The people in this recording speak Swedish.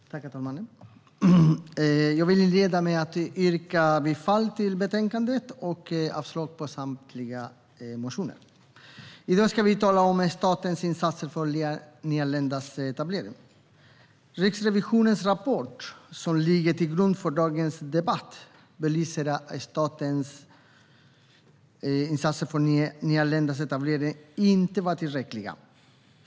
Herr talman! Jag vill inleda med att yrka bifall till förslaget till beslut och avslag på samtliga motioner. I dag talar vi om statens insatser för nyanländas etablering. Riksrevisionens rapport, som ligger till grund för dagens debatt, belyser att statens insatser för nyanländas etablering inte var tillräckliga.